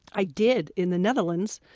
i did, in the netherlands.